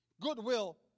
goodwill